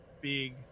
big